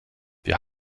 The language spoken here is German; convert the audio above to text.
wir